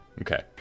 Okay